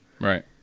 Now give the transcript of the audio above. right